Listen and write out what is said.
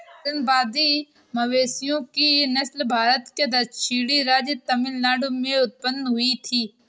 अलंबादी मवेशियों की नस्ल भारत के दक्षिणी राज्य तमिलनाडु में उत्पन्न हुई थी